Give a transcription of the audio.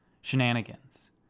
Shenanigans